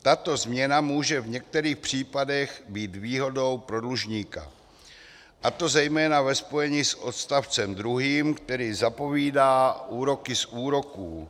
Tato změna může v některých případech být výhodou pro dlužníka, a to zejména ve spojení s odstavcem druhým, který zapovídá úroky z úroků.